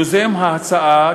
יוזם ההצעה,